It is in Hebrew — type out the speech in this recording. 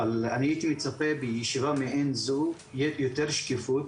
אבל אני הייתי מצפה בישיבה מעין זה יותר שקיפות.